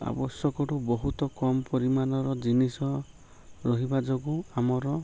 ଆବଶ୍ୟକଠୁ ବହୁତ କମ୍ ପରିମାଣର ଜିନିଷ ରହିବା ଯୋଗୁଁ ଆମର